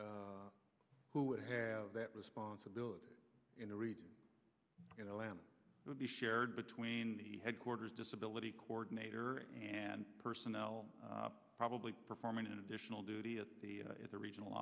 who would have that responsibility in the region in the land would be shared between the headquarters disability coordinator and personnel probably performing an additional duty at the at the regional